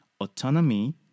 autonomy